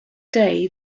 day